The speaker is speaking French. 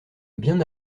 bien